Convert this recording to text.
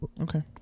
Okay